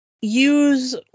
Use